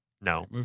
No